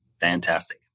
Fantastic